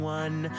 one